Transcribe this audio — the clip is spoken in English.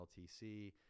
ltc